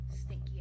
Stinky